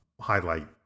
highlight